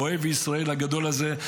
אוהב ישראל הגדול הזה,